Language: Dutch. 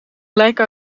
lijken